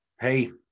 Hey